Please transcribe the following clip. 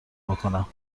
بکنم